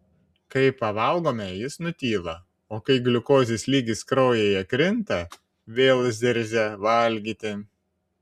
kai pavalgome jis nutyla o kai gliukozės lygis kraujyje krinta vėl zirzia valgyti